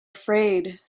afraid